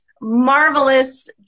Marvelous